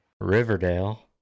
Riverdale